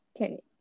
Okay